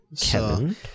Kevin